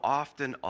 often